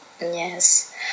Yes